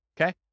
Okay